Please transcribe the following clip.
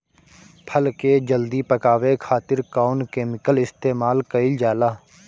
फल के जल्दी पकावे खातिर कौन केमिकल इस्तेमाल कईल जाला?